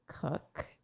cook